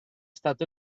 stato